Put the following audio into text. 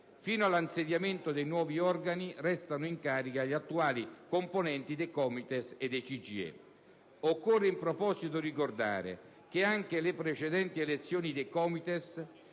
Fino all'insediamento dei nuovi organi restano in carica gli attuali componenti dei COMITES e del CGIE. Occorre in proposito ricordare che anche le precedenti elezioni dei